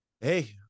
Hey